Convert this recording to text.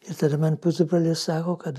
ir tada man pusbrolis sako kad